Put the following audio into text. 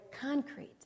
concrete